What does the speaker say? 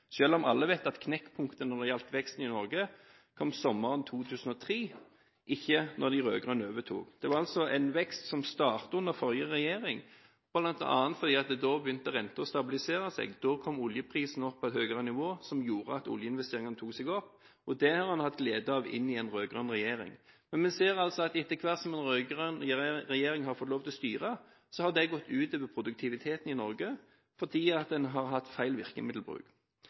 om alle vet at knekkpunktet når det gjelder veksten i Norge, kom sommeren 2003, og ikke da de rød-grønne overtok. Det er altså en vekst som startet under forrige regjering, bl.a. fordi renten da begynte å stabilisere seg og oljeprisen kom opp på et høyere nivå som gjorde at oljeinvesteringene tok seg opp, og det har en hatt glede av inn i en rød-grønn regjering. Men vi ser at etter hvert som den rød-grønne regjeringen har fått lov til å styre, har det gått ut over produktiviteten i Norge, fordi en har hatt feil virkemiddelbruk.